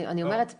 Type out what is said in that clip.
אני אומרת שוב,